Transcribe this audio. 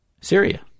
Syria